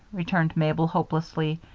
returned mabel, hopelessly.